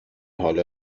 حالا